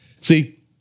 See